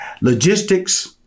logistics